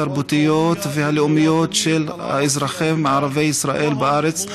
התרבותיות והלאומיות של האזרחים ערביי ישראל בארץ,